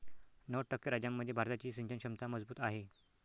नव्वद टक्के राज्यांमध्ये भारताची सिंचन क्षमता मजबूत आहे